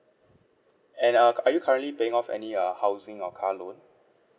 and uh are you currently paying off any uh housing or car loan